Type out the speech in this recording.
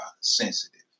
sensitive